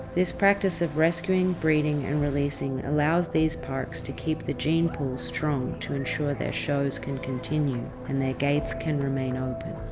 this practice of rescuing, breeding and releasing allows these parks to keep the gene pool strong to ensure their shows can continue and their gates can remain open.